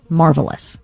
marvelous